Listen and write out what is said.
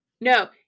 No